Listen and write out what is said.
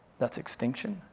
that's extinction,